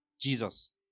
Jesus